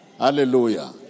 Hallelujah